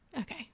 Okay